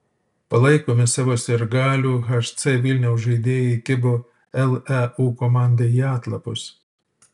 palaikomi savo sirgalių hc vilniaus žaidėjai kibo leu komandai į atlapus